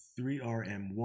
3RM1